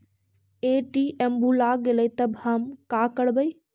ATM भुला गेलय तब हम काकरवय?